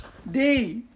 dey